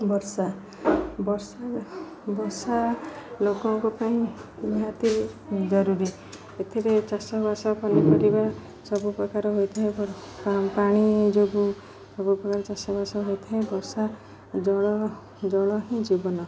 ବର୍ଷା ବର୍ଷା ବର୍ଷା ଲୋକଙ୍କ ପାଇଁ ନିହାତି ଜରୁରୀ ଏଥିରେ ଚାଷବାସ ପନିପରିବା ସବୁ ପ୍ରକାର ହୋଇଥାଏ ପାଣି ଯୋଗୁଁ ସବୁ ପ୍ରକାର ଚାଷବାସ ହୋଇଥାଏ ବର୍ଷା ଜଳ ଜଳ ହିଁ ଜୀବନ